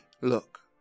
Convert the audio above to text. Look